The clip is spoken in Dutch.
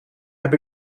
heb